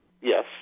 Yes